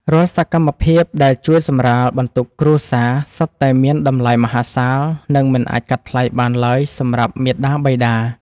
រាល់សកម្មភាពដែលជួយសម្រាលបន្ទុកគ្រួសារសុទ្ធតែមានតម្លៃមហាសាលនិងមិនអាចកាត់ថ្លៃបានឡើយសម្រាប់មាតាបិតា។